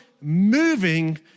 moving